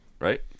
Right